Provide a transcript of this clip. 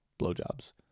Blowjobs